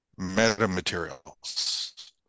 metamaterials